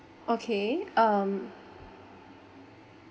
okay um